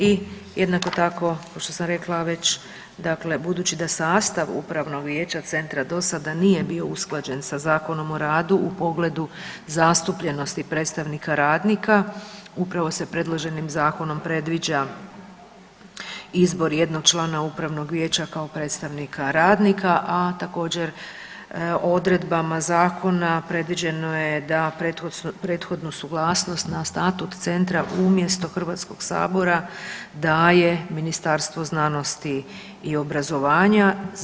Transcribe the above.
I jednako tako kao što sam rekla već, dakle budući da sastav upravnog vijeća centra do sada nije bio usklađen sa Zakonom o radu u pogledu zastupljenosti predstavnika radnika, upravo se predloženim zakonom predviđa izbor jednog člana upravnog vijeća kao predstavnika radnika, a također odredbama zakona predviđeno je da prethodnu suglasnost na statut centra umjesto HS-a daje Ministarstvo znanosti i obrazovanja.